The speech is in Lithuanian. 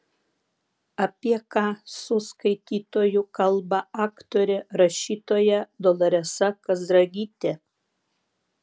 apie ką su skaitytoju kalba aktorė rašytoja doloresa kazragytė